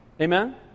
Amen